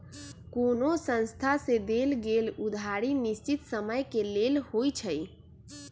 कोनो संस्था से देल गेल उधारी निश्चित समय के लेल होइ छइ